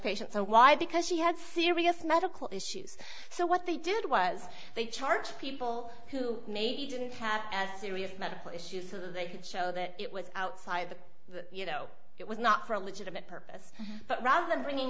patients and why because she had serious medical issues so what they did was they charged people who maybe didn't have as serious medical issues so they could show that it was outside the you know it was not for a legitimate purpose but rather bringing